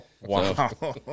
Wow